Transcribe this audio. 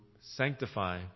sanctify